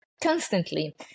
constantly